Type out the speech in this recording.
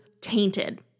tainted